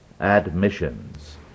admissions